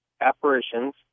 apparitions